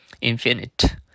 infinite